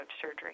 surgery